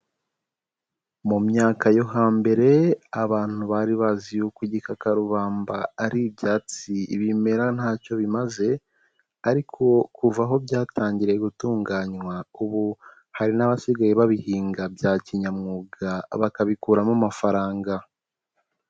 Mu myaka yo hambere abantu bari bazi yuko igikakarubamba ari ibyatsi bimera ntacyo bimaze ariko kuva aho byatangiriye gutunganywa, ubu hari n'abasigaye babihinga bya kinyamwuga bakabikuramo amafaranga.